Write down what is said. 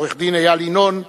עורך-דין איל ינון,